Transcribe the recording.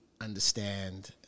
understand